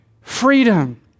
freedom